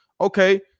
Okay